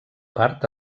part